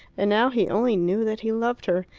and now he only knew that he loved her,